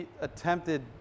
attempted